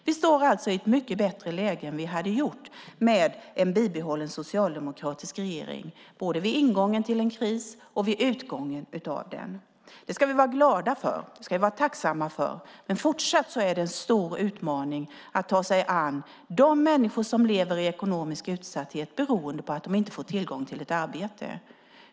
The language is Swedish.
Vi befinner oss alltså i ett mycket bättre läge än vad vi hade gjort med en bibehållen socialdemokratisk regering, både vid ingången till en kris och vid utgången av den. Det ska vi vara glada och tacksamma för. Men fortsatt är det en stor utmaning att ta sig an de människor som lever i ekonomisk utsatthet beroende på att de inte får tillgång till ett arbete.